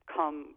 come